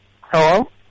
Hello